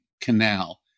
canal